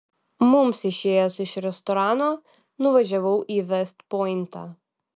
mums išėjus iš restorano nuvažiavau į vest pointą